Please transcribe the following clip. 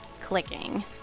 clicking